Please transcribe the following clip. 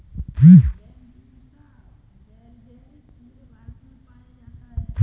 Bambusa vulgaris पूरे भारत में पाया जाता है